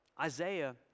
Isaiah